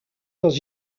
dans